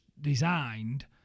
designed